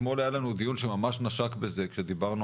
אתמול היה לנו דיון שממש נשק בזה כשדיברנו